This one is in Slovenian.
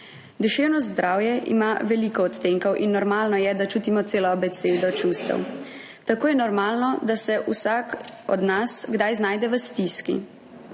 Duševno zdravje ima veliko odtenkov in normalno je, da čutimo celo abecedo čustev. Tako je normalno, da se vsak od nas kdaj znajde v stiski.